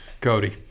Cody